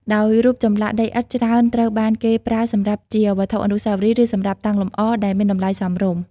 ដោយរូបចម្លាក់ដីឥដ្ឋច្រើនត្រូវបានគេប្រើសម្រាប់ជាវត្ថុអនុស្សាវរីយ៍ ឬសម្រាប់តាំងលម្អដែលមានតម្លៃសមរម្យ។